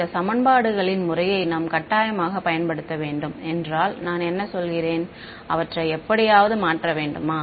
இந்த சமன்பாடுகளின் முறையை நாம் கட்டாயமாகப் பயன்படுத்த வேண்டும் என்றால் நான் என்ன சொல்கிறேன் அவற்றை எப்படியாவது மாற்ற வேண்டுமா